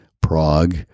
Prague